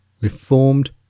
reformed